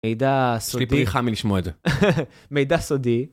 מידע סודי. יש לי פריחה מלשמוע את זה. מידע סודי.